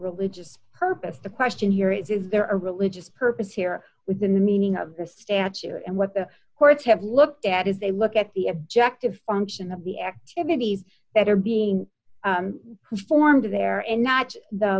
religious purpose the question here is if there are a religious purpose here with the meaning of the statue and what the courts have looked at is they look at the objective function of the activities that are being formed there and not the